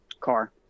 Car